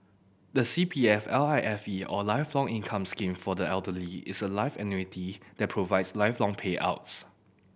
the C P F L I F E or Lifelong Income Scheme for the elderly is a life annuity that provides lifelong payouts